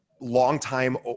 Long-time